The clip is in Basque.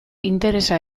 interesa